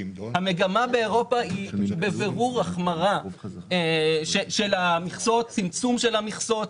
המגמה באירופה היא בבירור צמצום של המכסות,